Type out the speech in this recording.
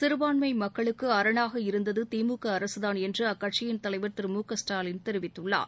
சிறுபான்மை மக்களுக்கு அரணாக இருந்தது திமுக அரசுதான் என்று அக்கட்சியின் தலைவர் திரு மு க ஸ்டாலின் தெரிவித்துள்ளார்